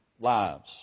lives